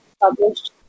published